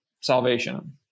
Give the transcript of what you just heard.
salvation